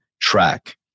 track